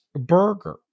burger